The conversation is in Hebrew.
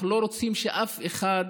אנחנו לא רוצים שאף אחד,